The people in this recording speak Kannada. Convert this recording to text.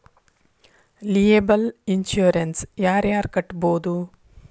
ಲಿಯೆಬಲ್ ಇನ್ಸುರೆನ್ಸ ಯಾರ್ ಯಾರ್ ಕಟ್ಬೊದು